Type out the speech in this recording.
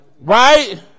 right